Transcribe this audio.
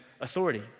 authority